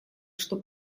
что